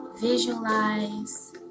visualize